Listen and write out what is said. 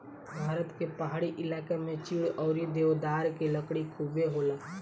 भारत के पहाड़ी इलाका में चीड़ अउरी देवदार के लकड़ी खुबे होला